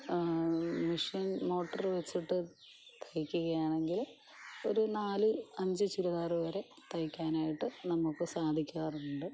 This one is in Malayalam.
മെഷീൻ മോട്ടർ വെച്ചിട്ട് തയ്ക്കുകയാണെങ്കിൽ ഒരു നാല് അഞ്ച് ചുരിദാർ വരെ തയ്ക്കാനായിട്ട് നമുക്ക് സാധിക്കാറുണ്ട്